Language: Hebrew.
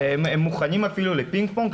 שהם מוכנים אפילו לפינג פונג,